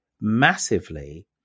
massively